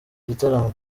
gitaramo